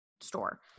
store